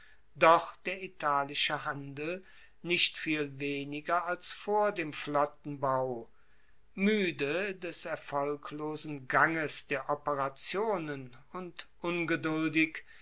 doch der italische handel nicht viel weniger als vor dem flottenbau muede des erfolglosen ganges der operationen und ungeduldig